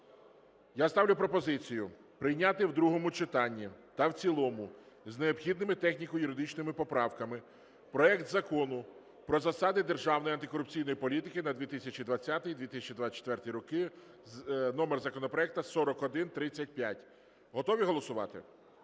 Я ставлю пропозицію прийняти в другому читанні та в цілому з необхідними техніко-юридичними поправками проект Закону про засади державної антикорупційної політики на 2020-2024 роки (номер законопроекту 4135). Готові голосувати?